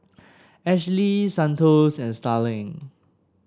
Ashlee Santos and Starling